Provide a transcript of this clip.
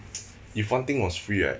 if one thing was free right